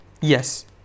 Yes